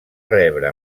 rebre